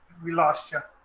we lost you.